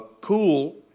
Cool